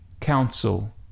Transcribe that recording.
council